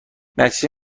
نتیجه